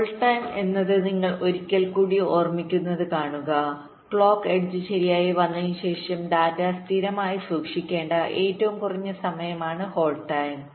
hold സമയം എന്നത് നിങ്ങൾ ഒരിക്കൽ കൂടി ഓർമ്മിക്കുന്നത് കാണുക ക്ലോക്ക് എഡ്ജ് ശരിയായി വന്നതിനുശേഷം ഡാറ്റ സ്ഥിരമായി സൂക്ഷിക്കേണ്ട ഏറ്റവും കുറഞ്ഞ സമയമാണ് ഹോൾഡ് ടൈം